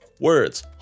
words